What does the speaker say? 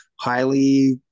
highly